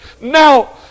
now